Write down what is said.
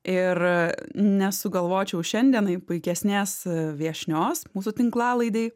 ir nesugalvočiau šiandienai puikesnės viešnios mūsų tinklalaidėj